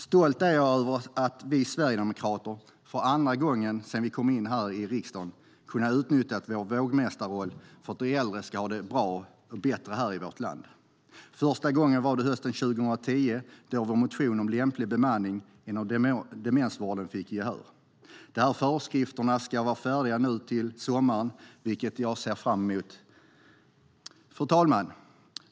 Stolt är jag över att vi sverigedemokrater för andra gången sedan vi kom in i riksdagen har kunnat utnyttja vår vågmästarroll för att de äldre ska få det bättre här i vårt land. Första gången var hösten 2010 då vår motion om lämplig bemanning inom demensvården fick gehör. De här föreskrifterna ska vara färdiga nu till sommaren, vilket jag ser fram emot. Fru talman!